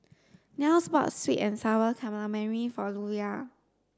Nels bought sweet and sour calamari for Luella